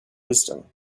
wisdom